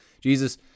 Jesus